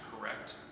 correct